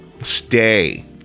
stay